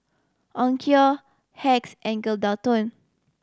Onkyo Hacks and Geraldton